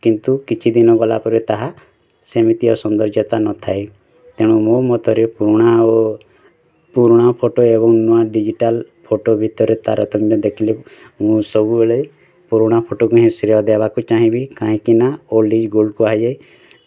କିନ୍ତୁ କିଛି ଦିନ ଗଲା ପରେ ତାହା ସେମିତିଆ ସୌନ୍ଦର୍ଯ୍ୟତା ନ ଥାଏ ତେଣୁ ମୋ ମତରେ ପୁରୁଣା ଓ ପୁରୁଣା ଫଟୋ ଏବଂ ନୂଆ ଡିଜିଟାଲ୍ ଫଟୋ ଭିତରେ ତାରତମ୍ୟ ଦେଖିଲେ ମୁଁ ସବୁବେଳେ ପୁରୁଣା ଫଟୋକୁ ଶ୍ରେୟ ଦବାକୁ ଚାହିଁବି କାହିଁକି ନା ଓଲ୍ଡ଼ ଇଜ୍ ଗୋଲ୍ଡ଼ କୁହାଯାଏ